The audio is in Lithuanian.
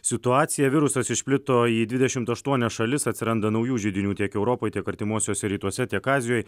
situaciją virusas išplito į dvidešimt aštuonias šalis atsiranda naujų židinių tiek europoj tiek artimuosiuose rytuose tiek azijoj